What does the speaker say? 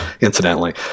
incidentally